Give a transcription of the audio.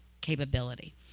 capability